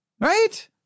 Right